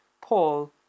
Paul